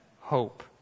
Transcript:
hope